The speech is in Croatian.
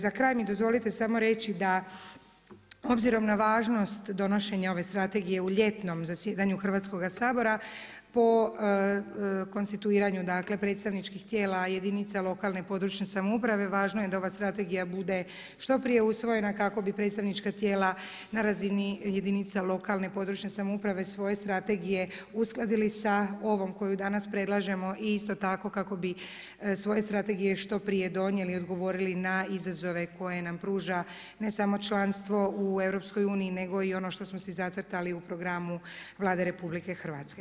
Za kraj mi dozvolite samo reći da obzirom na važnost donošenje ove strategije u ljetnom zasjedanju Hrvatskoga sabora po konstituiranju predstavničkih tijela jedinica lokalne i područne samouprave važno je da ova strategija bude što prije usvojena kako bi predstavnička tijela na razini jedinica lokalne i područne samouprave svoje strategije uskladili sa ovom koju danas predlažemo i isto tako kako bi svoje strategije što prije donijeli i odgovorili na izazove koje nam pruža ne samo članstvo u EU nego i ono što smo si zacrtali u programu Vlade RH.